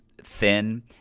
thin